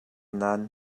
nan